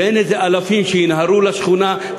ואין אלפים שינהרו לשכונה.